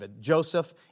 Joseph